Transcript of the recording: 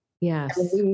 yes